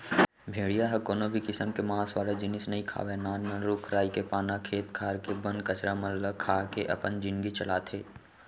भेड़िया ह कोनो भी किसम के मांस वाला जिनिस नइ खावय नान नान रूख राई के पाना, खेत खार के बन कचरा मन ल खा के अपन जिनगी चलाथे